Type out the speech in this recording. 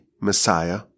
Messiah